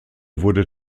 wurde